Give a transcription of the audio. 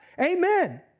Amen